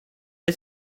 est